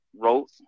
wrote